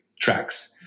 tracks